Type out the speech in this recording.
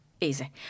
Easy